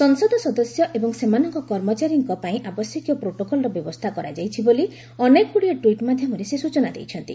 ସଂସଦ ସଦସ୍ୟ ଏବଂ ସେମାନଙ୍କ କର୍ମଚାରୀଙ୍କ ପାଇଁ ଆବଶ୍ୟକୀୟ ପ୍ରୋଟୋକଲ୍ର ବ୍ୟବସ୍ଥା କରାଯାଇଛି ବୋଲି ଅନେକ ଗୁଡ଼ିଏ ଟ୍ୱିଟ୍ ମାଧ୍ୟମରେ ସେ ସ୍ଟଚନା ଦେଇଛନ୍ତି